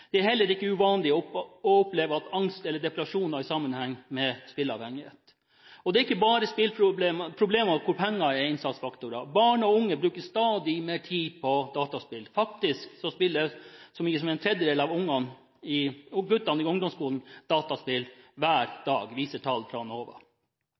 Det er heller ikke uvanlig å oppleve angst eller depresjoner i sammenheng med spilleavhengighet. Problemene finnes ikke bare der hvor penger er innsatsfaktorer. Barn og unge bruker stadig mer tid på dataspill. Faktisk spiller så mye som en tredjedel av guttene i ungdomsskolen dataspill hver